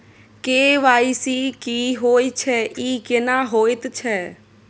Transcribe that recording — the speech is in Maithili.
के.वाई.सी की होय छै, ई केना होयत छै?